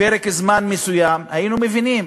פרק זמן מסוים, היינו מבינים.